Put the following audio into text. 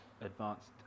advanced